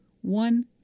one